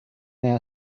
now